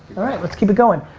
alright, let's keep it going.